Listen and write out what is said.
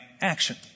action